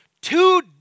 two